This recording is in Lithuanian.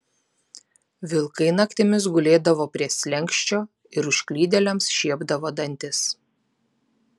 vilkai naktimis gulėdavo prie slenksčio ir užklydėliams šiepdavo dantis